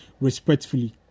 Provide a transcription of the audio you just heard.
respectfully